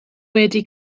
wedi